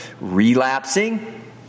relapsing